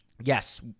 Yes